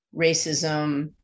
Racism